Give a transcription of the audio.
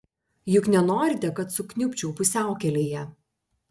juk nenorite kad sukniubčiau pusiaukelėje